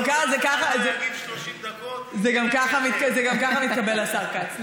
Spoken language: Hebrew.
30 דקות, זה גם ככה מתקבל, השר כץ.